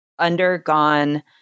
Undergone